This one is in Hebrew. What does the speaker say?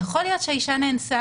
יכול להיות שהאישה נאנסה